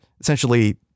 essentially